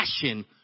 passion